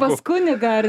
pas kunigą ar